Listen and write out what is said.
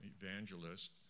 evangelist